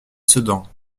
sedan